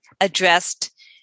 addressed